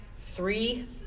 three